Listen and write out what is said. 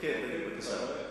אני אגיב.